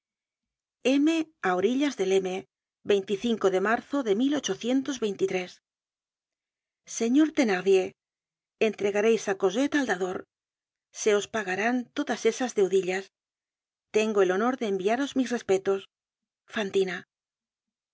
á orillas del m de marzo de señor thenardier entregareis á cosette al dador se os pagarán todas esas deu dillas tengo el honor de enviaros mis respetos fantina